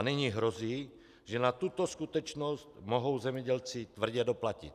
Nyní hrozí, že na tuto skutečnost mohou zemědělci tvrdě doplatit.